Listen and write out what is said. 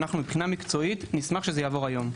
אנחנו מבחינה מקצועית נשמח שזה יעבור היום.